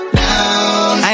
down